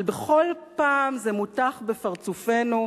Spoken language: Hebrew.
אבל בכל פעם זה מוטח בפרצופנו,